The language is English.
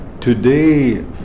Today